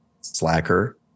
Slacker